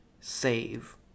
save